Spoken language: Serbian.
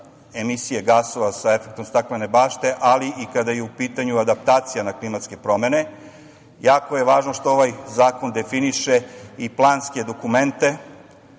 emisije gasova sa efektom staklene bašte, ali i kada je u pitanju adaptacija na klimatske promene. Jako je važno što ovaj zakon definiše i planske dokumente